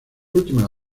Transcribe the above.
últimas